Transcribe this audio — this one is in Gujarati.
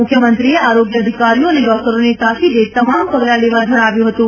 મુખ્યમંત્રીએ આરોગ્ય અધિકારીઓ અને ડોકટરોને તાકીદે તમામ પગલાં લેવા જણાવ્યું હતું